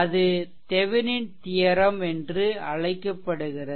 இது Thevenin theorem என்று அழைக்கப்படுகிறது